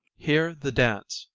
here the dance,